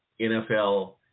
NFL